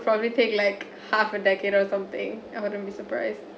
probably take like half a decade or something I wouldn't be surprised